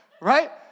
right